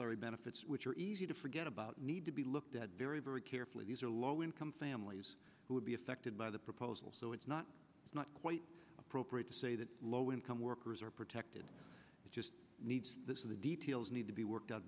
ary benefits which are easy to forget about need to be looked at very very carefully these are low income families who would be affected by the proposal so it's not it's not quite appropriate to say that low income workers are protected it just needs to the details need to be worked out